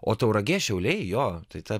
o tauragė šiauliai jo tai ta